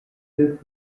with